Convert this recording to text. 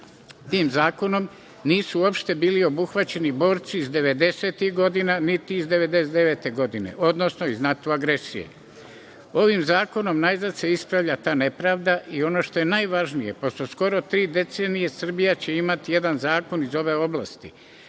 Tim zakonom nisu uopšte bili obuhvaćeni borci iz devedesetih godina, niti iz 1999. godine, odnosno iz NATO agresije. Ovim zakonom, najzad se ispravlja ta nepravda i ono što je najvažnije, pošto skoro tri decenije Srbija će imati jedan zakon iz ove oblasti,